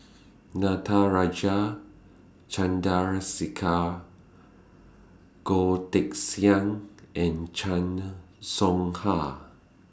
Natarajan Goh Teck Sian and Chan Soh Ha